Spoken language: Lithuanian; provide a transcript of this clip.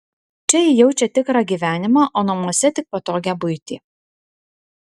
čia ji jaučia tikrą gyvenimą o namuose tik patogią buitį